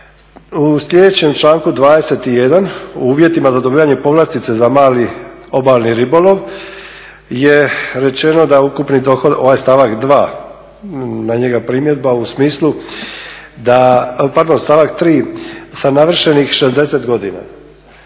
U sljedećem članku 21.u uvjetima za dobivanje povlastica za mali obalni ribolov je rečeno, ovaj stavak 3.na njega